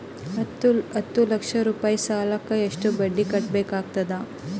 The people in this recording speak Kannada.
ಹತ್ತ ಲಕ್ಷ ರೂಪಾಯಿ ಸಾಲಕ್ಕ ಎಷ್ಟ ಬಡ್ಡಿ ಕಟ್ಟಬೇಕಾಗತದ?